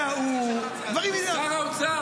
וההוא --- שר האוצר,